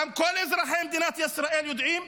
גם כל אזרחי מדינת ישראל יודעים,